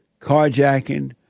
carjacking